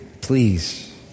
Please